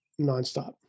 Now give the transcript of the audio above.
nonstop